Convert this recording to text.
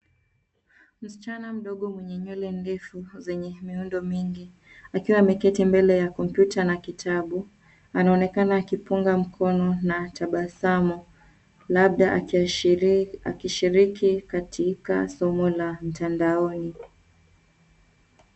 Msichana mdogo mwenye nywele ndefu zenye miundo mingi akiwa ameketi mbele ya kompyuta na kitabu, anaonekana akipunga mkono na tabasamu labda akishiriki katika somo la mtandaoni.